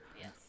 Yes